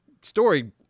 story